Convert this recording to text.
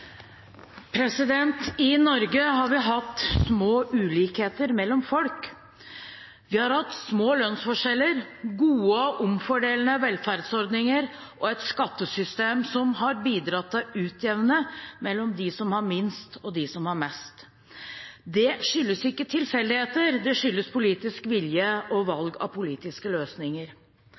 I Norge har vi hatt små ulikheter mellom folk. Vi har hatt små lønnsforskjeller, gode og omfordelende velferdsordninger og et skattesystem som har bidratt til å utjevne mellom dem som har minst, og dem som har mest. Det skyldes ikke tilfeldigheter, det skyldes politisk vilje og valg av politiske løsninger.